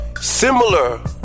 Similar